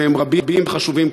והם רבים וחשובים,